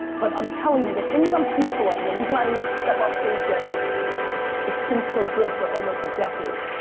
but i'm telling you, the thing that i'm fearful of and the reason i didn't step off stage yet is it's been so good for almost a decade.